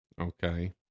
okay